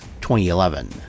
2011